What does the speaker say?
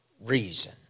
reason